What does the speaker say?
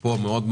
פה קרוב מאוד,